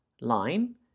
line